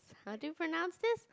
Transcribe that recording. how do you pronounce this